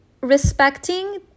respecting